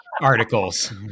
articles